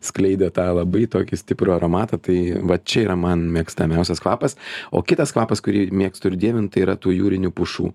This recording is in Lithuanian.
skleidė tą labai tokį stiprų aromatą tai vat čia yra man mėgstamiausias kvapas o kitas kvapas kurį mėgstu ir dievinu tai yra tų jūrinių pušų